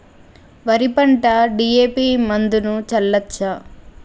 వరి పంట డి.ఎ.పి మందును చల్లచ్చా?